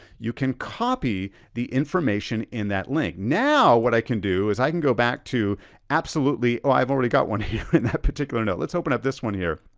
you can copy the information in that link. now what i can do is i can go back to absolutely, i've already got one here in that particular note, let's open up this one here.